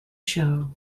show